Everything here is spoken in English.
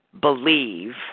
believe